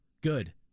good